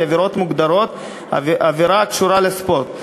עבירות המוגדרות כעבירה הקשורה לספורט.